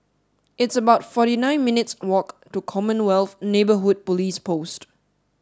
it's about forty nine minutes walk to Commonwealth Neighbourhood Police Post